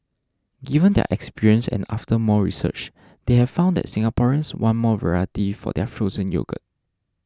given their experience and after more research they have found that Singaporeans want more variety for their frozen yogurt